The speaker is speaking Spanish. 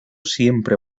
siempre